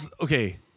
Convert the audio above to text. okay